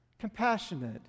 compassionate